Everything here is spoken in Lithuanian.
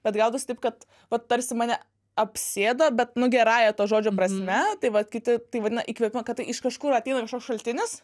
bet gaudavos taip kad vat tarsi mane apsėdo bet nu gerąja to žodžio prasme tai vat kiti tai vadina įkvėpimu kad tai iš kažkur ateina kažkoks šaltinis